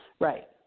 Right